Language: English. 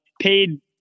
paid